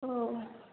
ఓ